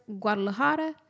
Guadalajara